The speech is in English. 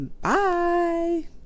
Bye